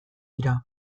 dira